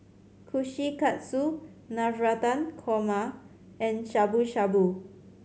Kushikatsu Navratan Korma and Shabu Shabu